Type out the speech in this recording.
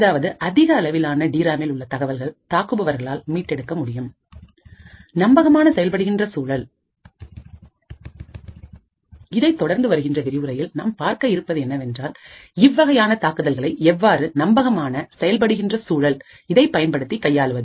அதாவது அதிக அளவிலான டிராமில் உள்ள தகவல்கள் தாக்குபவர்களால் மீட்டெடுக்க முடியும் நம்பகமான செயல்படுகின்ற சூழலில்இதைத் தொடர்ந்து வருகின்ற விரிவுரையில் நாம் பார்க்க இருப்பது என்னவென்றால் இவ்வகையான தாக்குதல்களை எவ்வாறு நம்பகமான செயல்படுகின்ற சூழல் இதைப் பயன்படுத்தி கையாளுவது